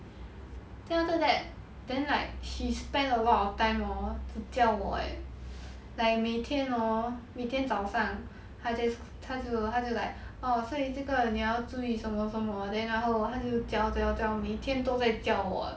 then after that then like she spend a lot of time hor to 教我 eh like 每天 hor 每天早上他 just 他就他就 like orh 所以这个你要注意什么什么 then 然后他就教教教每天都在教我